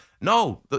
no